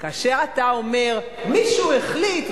כאשר אתה אומר: מישהו החליט,